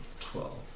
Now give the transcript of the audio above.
twelve